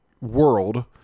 world